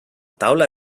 taula